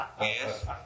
yes